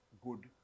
good